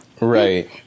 right